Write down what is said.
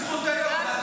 מה זה בזכות היו"ר?